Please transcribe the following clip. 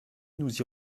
nous